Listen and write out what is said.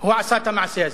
הוא עשה את המעשה הזה?